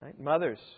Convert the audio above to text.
Mothers